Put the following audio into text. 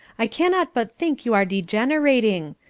i cannot but think you are degenerating.